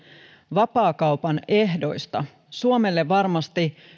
vapaakaupan ehdoissa suomelle varmasti